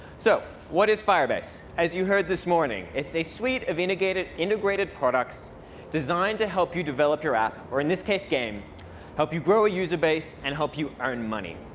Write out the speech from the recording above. so what is firebase? as you heard this morning, it's a suite of integrated integrated products designed to help you develop your app or in this case game help you grow a user base, and help you earn money.